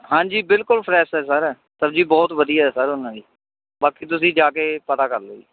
ਹਾਂਜੀ ਬਿਲਕੁੱਲ ਫ੍ਰੈਸ਼ ਹੈ ਸਰ ਸਬਜ਼ੀ ਬਹੁਤ ਵਧੀਆ ਹੈ ਸਰ ਉਨ੍ਹਾਂ ਦੀ ਬਾਕੀ ਤੁਸੀਂ ਜਾ ਕੇ ਪਤਾ ਕਰ ਲਿਓ ਜੀ